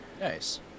nice